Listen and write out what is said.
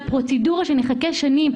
זה מחכה שנים.